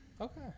Okay